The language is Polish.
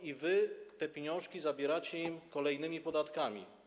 I wy te pieniążki zabieracie im kolejnymi podatkami.